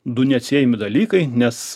du neatsiejami dalykai nes